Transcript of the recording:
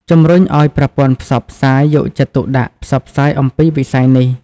ជំរុញឱ្យប្រព័ន្ធផ្សព្វផ្សាយ យកចិត្តទុកដាក់ផ្សព្វផ្សាយអំពីវិស័យនេះ ។